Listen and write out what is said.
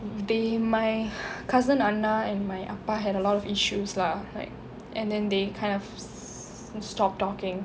they my cousin anna and my appa had a lot of issues lah like and then they kind of stop talking